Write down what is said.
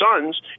sons